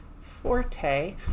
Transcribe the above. forte